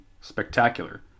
spectacular